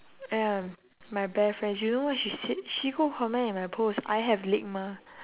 ya my bear friends you know what she said she go comment in my post I have LIGMA